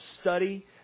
study